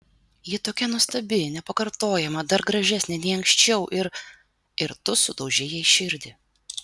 ji tokia nuostabi nepakartojama dar gražesnė nei anksčiau ir ir tu sudaužei jai širdį